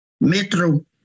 Metro